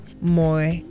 more